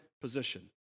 position